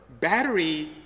battery